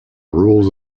rules